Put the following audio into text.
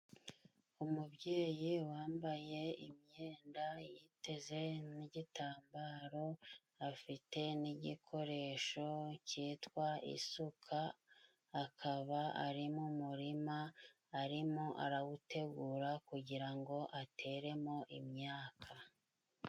Umubyeyi wambaye imyenda yiteze n'igitambaro afite n'igikoresho cyitwa isuka akaba ari mu murima. Arimo arawutegura kugira ngo ateremo imyaka.